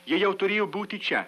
jie jau turėjo būti čia